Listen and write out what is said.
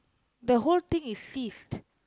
the whole thing is ceased